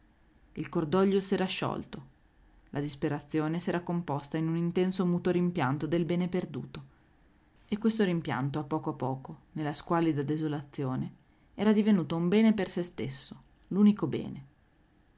il cordoglio s'era sciolto la disperazione s'era composta in un intenso muto rimpianto del bene perduto e questo rimpianto a poco a poco nella squallida desolazione era divenuto un bene per se stesso l'unico bene